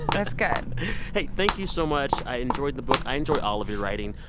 that's good hey, thank you so much. i enjoyed the book. i enjoy all of your writing.